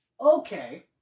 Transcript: okay